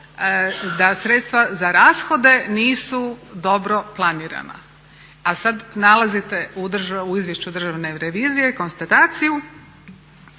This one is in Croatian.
da sredstva za rashode nisu dobro planirana. A sad nalazimo u Izvješću Državne revizije konstataciju